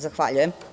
Zahvaljujem.